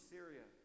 Syria